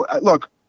look